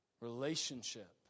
relationship